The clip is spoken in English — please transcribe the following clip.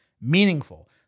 meaningful